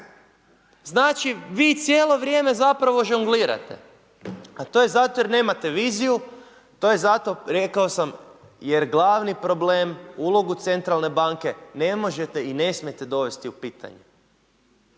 Znači, vi cijelo vrijeme zapravo žonglirate, a to je zato jer nemate viziju, to je zato, rekao sam jer glavni problem, ulogu centralne banke ne možete i ne smijete dovesti u pitanje.